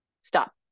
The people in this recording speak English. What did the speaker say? Stop